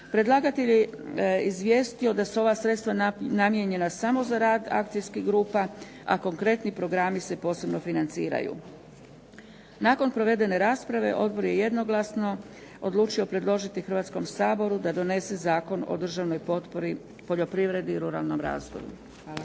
Predlagatelj je izvijestio da su ova sredstva namijenjena samo za rad akcijskih grupa a konkretni programi se posebno financiraju. Nakon provedene rasprave odbor je jednoglasno odlučio predložiti Hrvatskom saboru da donese Zakon o državnoj potpori, poljoprivredi i ruralnom razvoju.